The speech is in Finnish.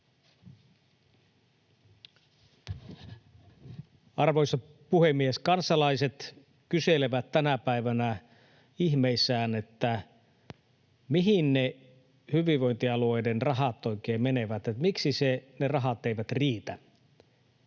Arvoisa puhemies! Kansalaiset kyselevät tänä päivänä ihmeissään, mihin ne hyvinvointialueiden rahat oikein menevät, miksi ne rahat eivät riitä